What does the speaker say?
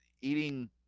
eating